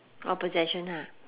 oh possession ha